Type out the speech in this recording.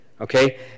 Okay